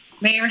Mayor